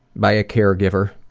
by a caregiver,